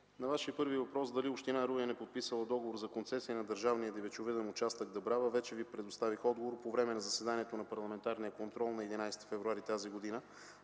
на Вашия първи въпрос дали община Руен е подписала договор за концесия на Държавния дивечовъден участък „Дъбрава”, вече Ви предоставих отговор по време на заседанието на парламентарния контрол на 11 февруари тази година,